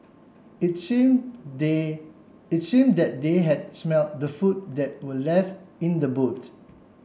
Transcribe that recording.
it seem they it seem that they had smelt the food that were left in the boot